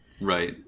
right